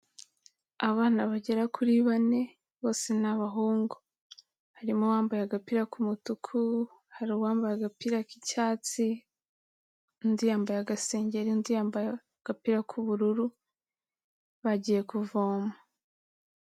Abana bagera kuri bane bose ni abahungu. Harimo uwambaye agapira k'umutuku, hari uwambaye agapira k'icyatsi, undi yambaye agasengeri, undi yambaye agapira k'ubururu, bagiye kuvoma.